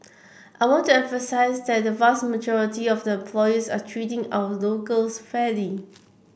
I want to emphasise that the vast majority of the employees are treating our locals fairly